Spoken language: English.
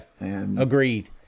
Agreed